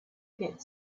get